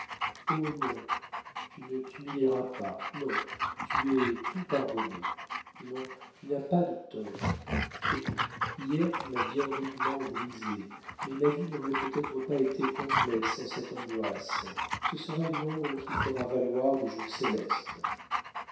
oh non tu ne t'humilieras pas non tu es tout pardonné non tu n'as pas de torts écoute hier tu m'as bien rudement brisée mais ma vie n'aurait peut-être pas été complète sans cette angoisse ce sera une ombre qui fera valoir des jours célestes